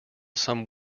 some